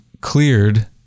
cleared